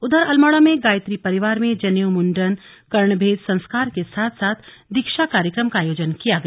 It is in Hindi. उधर अल्मोड़ा में गायत्री परिवार में जनेऊ मुंडन कर्णभेद संस्कार के साथ साथ दीक्षा कार्यक्रम का आयोजन किया गया